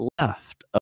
left